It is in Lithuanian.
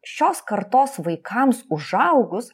šios kartos vaikams užaugus